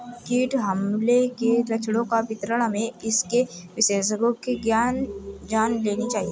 कीट हमले के लक्षणों का विवरण हमें इसके विशेषज्ञों से जान लेनी चाहिए